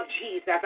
Jesus